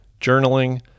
journaling